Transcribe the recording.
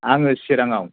आङो चिरांआव